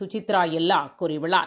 சுசித்ராஎல்லாகூறியுள்ளார்